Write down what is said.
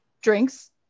Drinks